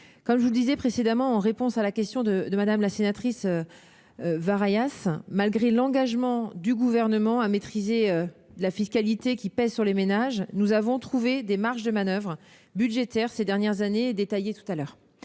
Comme je l'ai indiqué en réponse à la question de Mme la sénatrice Varaillas, malgré l'engagement du Gouvernement à maîtriser la fiscalité qui pèse sur les ménages, nous avons trouvé des marges de manoeuvre budgétaires ces dernières années- je les ai détaillées.